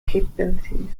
capabilities